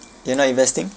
you're not investing